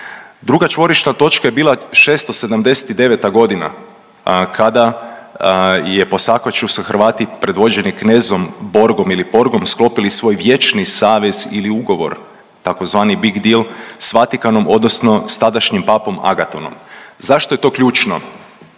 Druga čvorišna točka je bila 679. godina kada je po Sakaču su Hrvati predvođeni knezom Borgom ili Porgom sklopili svoj vječni savez ili ugovor tzv. big deal s Vatikanom odnosno s tadašnjim papom Agatonom. Zašto je to ključno?